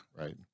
Right